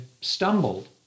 stumbled